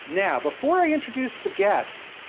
now, before i introduce the guest,